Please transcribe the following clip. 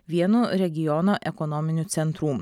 vienu regiono ekonominių centrų